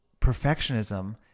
Perfectionism